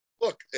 look